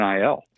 NIL